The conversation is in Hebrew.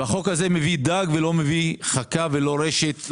החוק הזה מביא לרשויות החלשות דג ולא מביא חכה ולא רשת.